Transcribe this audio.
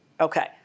Okay